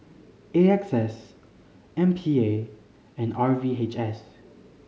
A X S M P A and R V H S